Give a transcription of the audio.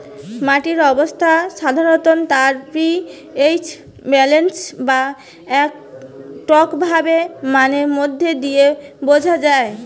মাটির অবস্থা সাধারণত তার পি.এইচ ব্যালেন্স বা টকভাব মানের মধ্যে দিয়ে বুঝা যায়